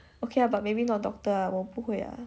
okay lah but maybe not doctor 我不会呀